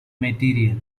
material